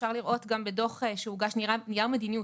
אפשר לראות גם בדו"ח נייר המדיניות,